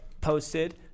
posted